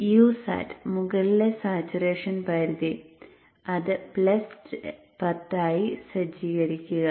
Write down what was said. Usat മുകളിലെ saturation പരിധി ഇത് പ്ലസ് 10 ആയി സജ്ജീകരിക്കുക